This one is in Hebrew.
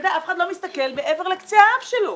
אף אחד לא מסתכל מעבר לקצה האף שלו.